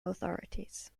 authorities